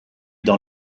dans